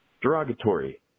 derogatory